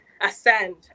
ascend